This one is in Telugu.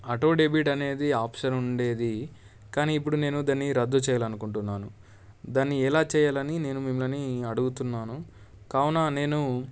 ఆటో డెబిట్ అనేది ఆప్షన్ ఉండేది కానీ ఇప్పుడు నేను దాన్ని రద్దు చేయాలని అనుకుంటున్నాను దాన్ని ఎలా చేయాలని నేను మిమ్మల్ని అడుగుతున్నాను కావున నేను